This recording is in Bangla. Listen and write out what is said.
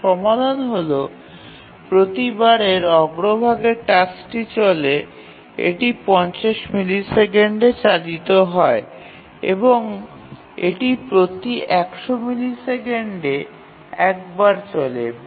এর সমাধান হল প্রতিবারের অগ্রভাগের টাস্কটি চললে এটি ৫০ মিলিসেকেন্ডে চালিত হয় এবং এটি প্রতি ১০০ মিলিসেকেন্ডে একবার চলে